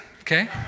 Okay